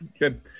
Good